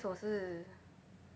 我是